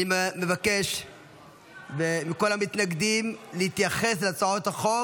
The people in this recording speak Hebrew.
אני מבקש מכל המתנגדים להתייחס להצעות החוק